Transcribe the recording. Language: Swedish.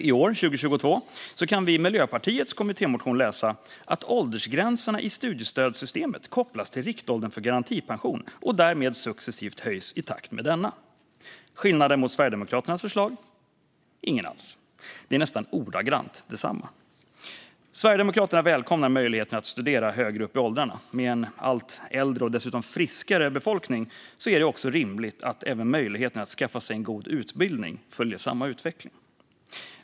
I år, 2022, kan vi i Miljöpartiets kommittémotion läsa att åldersgränserna i studiestödssystemet kopplas till riktåldern för garantipension och därmed successivt höjs i takt med denna. Skillnaden mot Sverigedemokraternas förslag? Ingen alls. Det är nästan ordagrant detsamma. Sverigedemokraterna välkomnar möjligheten att studera högre upp i åldrarna. Med en allt äldre och dessutom friskare befolkning är det också rimligt att även möjligheterna att skaffa sig en god utbildning följer samma utveckling.